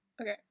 Okay